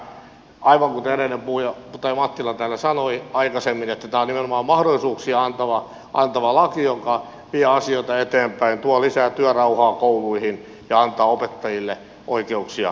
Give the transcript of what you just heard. toivon että tämä aivan kuten edellinen puhuja mattila täällä sanoi aikaisemmin on nimenomaan mahdollisuuksia antava laki joka vie asioita eteenpäin tuo lisää työrauhaa kouluihin ja antaa opettajille oikeuksia lisää